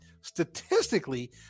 statistically